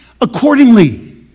accordingly